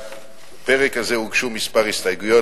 לפרק הזה הוגשו מספר הסתייגויות.